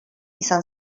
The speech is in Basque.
izan